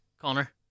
Connor